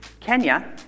Kenya